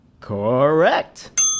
Correct